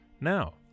Now